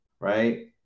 Right